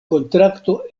kontrakto